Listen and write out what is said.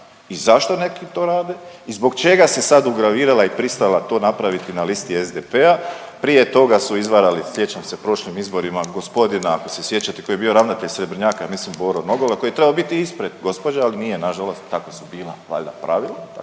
I zašto neki to rade i zbog čega se sad ugravirala i pristala to napraviti na listi SDP-a, prije toga su izvarali, sjećam se, prošlim izborima, gospodina, ako se sjećate, koji je bio ravnatelj Srebrnjaka, ja mislim Boro Nogalo koji je trebao biti ispred gosopđe, ali nije nažalost, takva su bila valjda pravila,